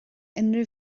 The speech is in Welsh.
unrhyw